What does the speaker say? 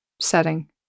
setting